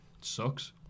sucks